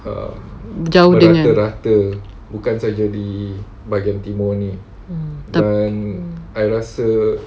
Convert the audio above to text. jauh dengan um tapi